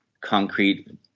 concrete